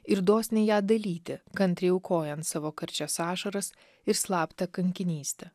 ir dosniai ją dalyti kantriai aukojant savo karčias ašaras ir slaptą kankinystę